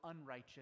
unrighteous